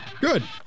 Good